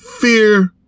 fear